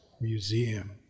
museum